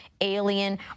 alien